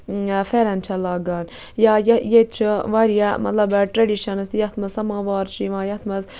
فیرَن چھےٚ لگان یا ییٚتہِ چھِ واریاہ مطلب ٹریڈِشنٔز یَتھ منٛز سَماور چھُ یِوان یَتھ منٛز